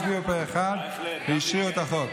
הצביעו פה אחד ואישרו את החוק.